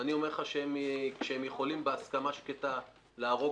ואני אומר לך שכשהם יכולים בהסכמה שקטה להרוג